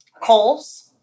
Coals